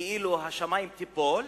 כאילו השמים ייפלו?